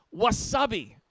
wasabi